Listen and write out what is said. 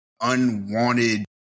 unwanted